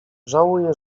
żałuję